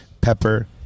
Pepper